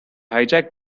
hijack